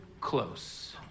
close